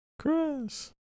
Chris